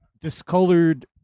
discolored